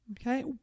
okay